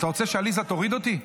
אתה רוצה שעליזה תוריד אותי?